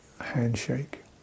handshake